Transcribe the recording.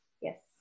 Yes